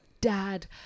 dad